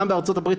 גם בארצות הברית,